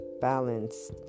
balance